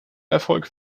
erfolg